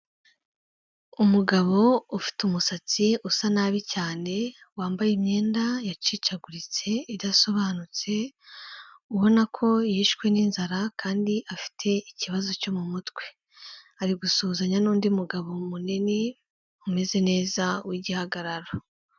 Umugabo ufite umusatsi usa nabi cyane, wambaye imyenda yacicaguritse idasobanutse, ubona ko yishwe n'inzara, kandi afite ikibazo cyo mu mutwe, ari gusuhuzanya n'undi mugabo munini umeze neza w'igihagararo.